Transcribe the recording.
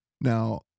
Now